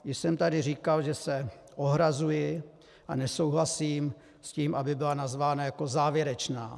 Již jsem tady říkal, že se ohrazuji a nesouhlasím s tím, aby byla nazvána jako závěrečná.